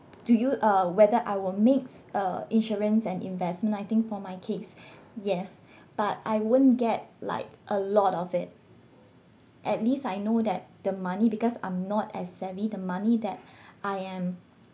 do you uh whether I will mix uh insurance and investment I think for my case yes but I won't get like a lot of it at least I know that the money because I'm not as savvy the money that I am